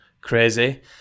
crazy